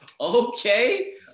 okay